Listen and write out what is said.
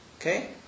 Okay